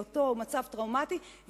לאותו מצב טראומטי,